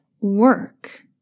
work